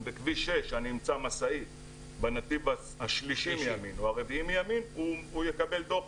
אם בכביש 6 אני אמצא משאית בנתיב השלישי או הרביעי מימין הוא יקבל דו"ח,